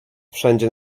wszędzie